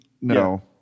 no